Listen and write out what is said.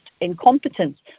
incompetence